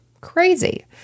Crazy